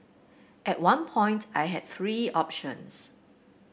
at one point I had three options